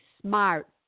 smart